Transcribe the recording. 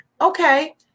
okay